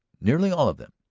nearly all of them?